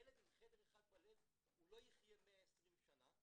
ילד עם חדר אחד בלב לא יחיה 120 שנה.